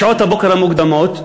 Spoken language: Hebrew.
בשעות הבוקר המוקדמות,